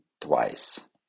twice